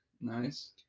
nice